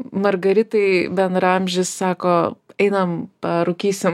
margaritai bendraamžis sako einame parūkysim